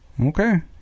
Okay